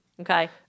Okay